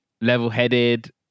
level-headed